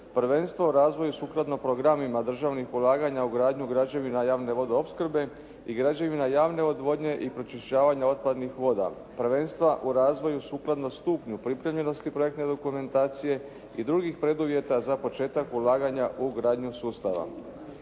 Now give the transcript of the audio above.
prvenstvo o razvoju sukladno programima državnih ulaganja u gradnju građevina javne vodoopskrbe i građevina javne odvodnje i pročišćavanja otpadnih voda, prvenstva u razvoju sukladno stupnju pripremljenosti projekte dokumentacije i drugih preduvjeta za početak ulaganja u gradnju sustava.